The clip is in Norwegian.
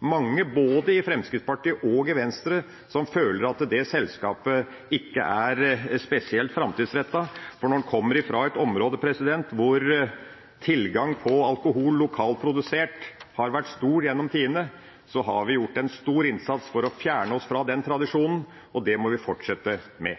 mange, både i Fremskrittspartiet og i Venstre, som føler at det selskapet ikke er spesielt framtidsrettet, for når en kommer fra et område hvor tilgangen på lokalprodusert alkohol har vært stor gjennom tidene, ser en at vi har gjort en stor innsats for å fjerne oss fra den tradisjonen. Det må vi fortsette med.